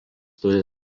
turi